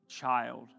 Child